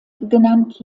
genannt